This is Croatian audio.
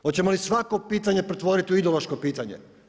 Hoćemo li svako pitanje pretvoriti u ideološko pitanje?